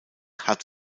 hat